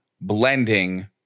blending